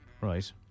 right